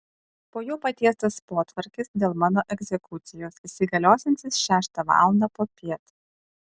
po juo patiestas potvarkis dėl mano egzekucijos įsigaliosiantis šeštą valandą popiet